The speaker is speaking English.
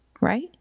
Right